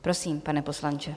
Prosím, pane poslanče.